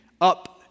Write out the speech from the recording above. Up